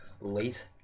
late